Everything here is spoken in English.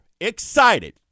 excited